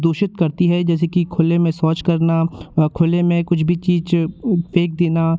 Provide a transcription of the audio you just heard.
दूषित करती है जैसे कि खुले में शौच करना खुले में कुछ भी चीज़ फेंक देना